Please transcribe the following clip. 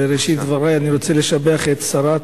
בראשית דברי אני רוצה לשבח את שרת